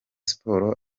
sports